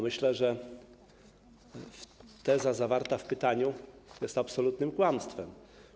Myślę, że teza zawarta w pytaniu jest absolutnym kłamstwem.